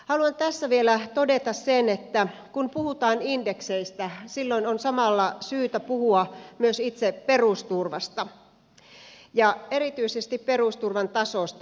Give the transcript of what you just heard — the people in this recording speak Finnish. haluan tässä vielä todeta sen että kun puhutaan indekseistä silloin on samalla syytä puhua myös itse perusturvasta ja erityisesti perusturvan tasosta